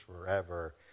forever